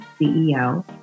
CEO